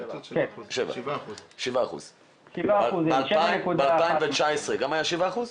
7%. 7.11%. ב-2017, זה גם היה 7%?